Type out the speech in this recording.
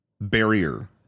barrier